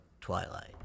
Twilight